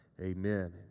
Amen